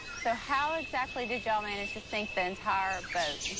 so how exactly did y'all manage to sink the entire boat?